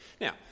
Now